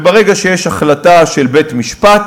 וברגע שיש החלטה של בית-משפט,